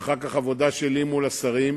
ואחר כך עבודה שלי מול השרים.